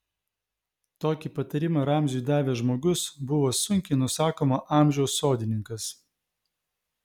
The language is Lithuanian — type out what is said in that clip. tokį patarimą ramziui davęs žmogus buvo sunkiai nusakomo amžiaus sodininkas